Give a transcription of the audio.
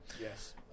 yes